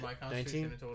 Nineteen